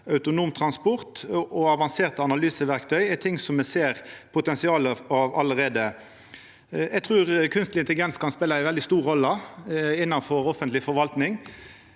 autonom transport og avanserte analyseverktøy, og me ser potensialet av det allereie. Eg trur kunstig intelligens kan spela ei veldig stor rolle innanfor offentleg forvalting.